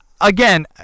again